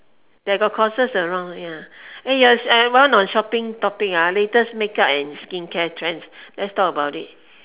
they got courses around ya eh on shopping topics ah latest makeup and skincare trends let's talk about it